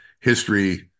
history